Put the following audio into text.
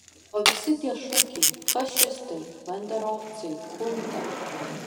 o visi tie šūkiai fašistai banderovcai chunta